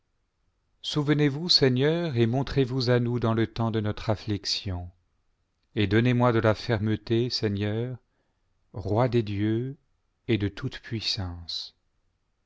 souvenez-vous seigneur et montrez-vous à nous dans le temps de notre athictiou et donnez-moi de la fermeté seigneur roi des dieux et de toute